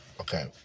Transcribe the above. Okay